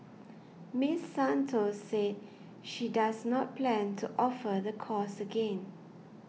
Miss Santos said she does not plan to offer the course again